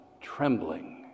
trembling